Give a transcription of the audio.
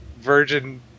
virgin